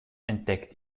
entdeckt